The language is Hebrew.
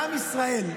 שבעם ישראל,